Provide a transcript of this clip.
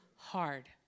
hard